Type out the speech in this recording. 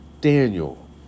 Daniel